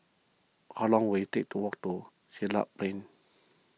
how long will it take to walk to Siglap Plain